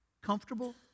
comfortable